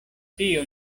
tio